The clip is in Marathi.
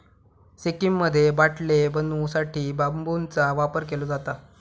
सिक्कीममध्ये बाटले बनवू साठी बांबूचा वापर केलो जाता